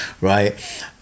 right